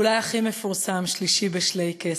אולי הכי מפורסם הוא "שלישי בשלייקעס"